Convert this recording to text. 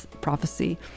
prophecy